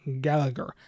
Gallagher